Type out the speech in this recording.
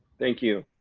thank you.